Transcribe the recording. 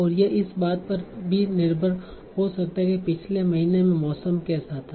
और यह इस बात पर भी निर्भर हो सकता है कि पिछले महीने में मौसम कैसा था